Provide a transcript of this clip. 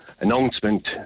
announcement